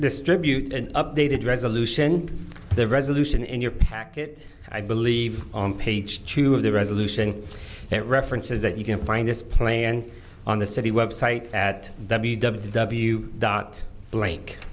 distribute an updated resolution the resolution in your packet i believe on page two of the resolution it references that you can find this plane and on the city website at that b w w dot blank